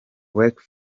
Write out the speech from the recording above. waka